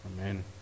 Amen